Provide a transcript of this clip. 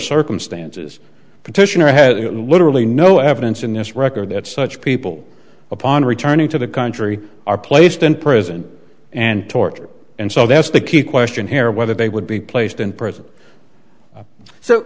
circumstances petitioner had literally no evidence in this record that such people upon returning to the country are placed in prison and tortured and so that's the key question here whether they would be placed in prison so